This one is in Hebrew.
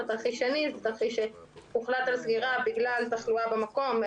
ותרחיש שני הוא שהוחלט על סגירה בגלל תחלואה במקום,